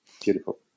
Beautiful